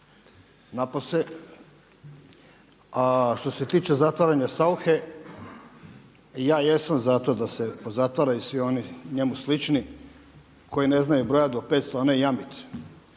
napose. A što se tiče zatvaranja Sauche, ja jesam za to da se pozatvaraju svi oni njemu slični koji ne znaju brojat do 500 a ne jamit